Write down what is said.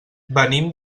venim